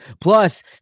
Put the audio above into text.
Plus